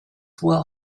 will